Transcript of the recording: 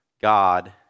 God